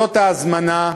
זאת ההזמנה,